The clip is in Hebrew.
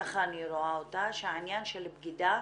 כך אני רואה אותה שהעניין של בגידה,